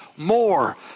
More